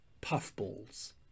puffballs